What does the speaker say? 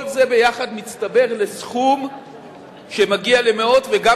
כל זה יחד מצטבר לסכום שמגיע למאות וגם